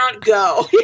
go